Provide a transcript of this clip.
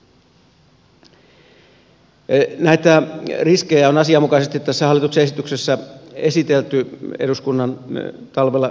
näitä riskejä on asianmukaisesti tässä hallituksen esityksessä esitelty eduskunnan talvella edellyttämällä tavalla